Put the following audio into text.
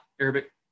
Arabic